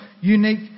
unique